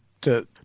to-